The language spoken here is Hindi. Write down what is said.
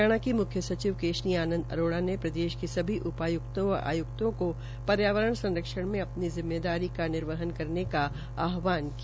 हरियाणा की मुख्य सचिव केशनी आनंद अरोड़ा ने प्रदेश के सभी उपाय्क्तों व आय्क्तों को पर्यावरण संरक्षण में अपनी जिम्मेदारी का निर्वहन करने का आहवान किया